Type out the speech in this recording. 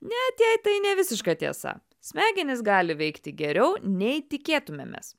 net jei tai ne visiška tiesa smegenys gali veikti geriau nei tikėtumėmės